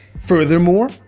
furthermore